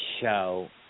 show